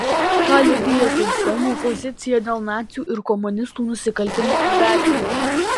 ką liudija socdemų pozicija dėl nacių ir komunistų nusikaltimų įvertinimo